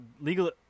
legal –